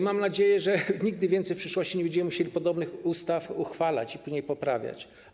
Mam nadzieję, że nigdy więcej w przyszłości nie będziemy musieli podobnych ustaw uchwalać i później poprawiać.